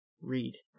read